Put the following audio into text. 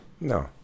No